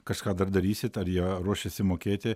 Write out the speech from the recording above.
kažką dar darysit ar jie ruošiasi mokėti